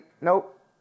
Nope